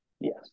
Yes